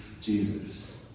Jesus